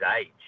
age